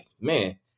man